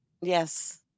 yes